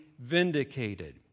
vindicated